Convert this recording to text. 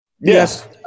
Yes